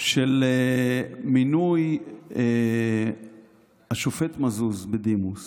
של מינוי השופט בדימוס